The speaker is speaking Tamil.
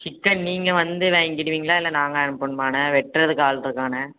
சிக்கன் நீங்கள் வந்து வாங்கிடுவீங்களா இல்லை நாங்கள் அனுப்புமாணே வெட்டுறதுக்கு ஆள் இருக்காண்ணே